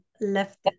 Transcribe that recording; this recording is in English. left